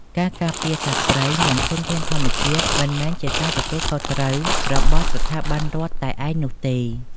ការការពារសត្វព្រៃ និងធនធានធម្មជាតិ មិនមែនជាការទទួលខុសត្រូវរបស់ស្ថាប័នរដ្ឋតែឯងនោះទេ។